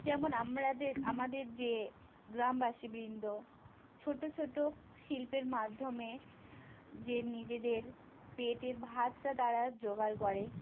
যেমন আমাদের আমাদের যে গ্রামবাসীবৃন্দ ছোটো ছোটো শিল্পের মাধ্যমে যে নিজেদের পেটের ভাতটা তারা জোগাড় করে